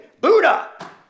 Buddha